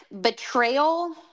betrayal